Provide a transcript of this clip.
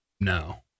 No